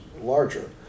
larger